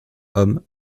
hommes